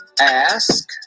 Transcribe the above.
ask